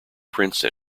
prince